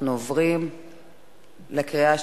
אנחנו עוברים לקריאה השלישית,